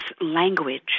language